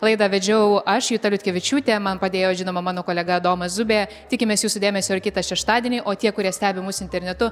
laidą vedžiau aš juta liutkevičiūtė man padėjo žinoma mano kolega adomas zubė tikimės jūsų dėmesio ir kitą šeštadienį o tie kurie stebi mus internetu